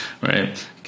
Right